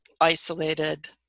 isolated